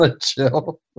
chill